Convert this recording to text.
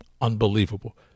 Unbelievable